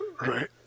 right